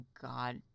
God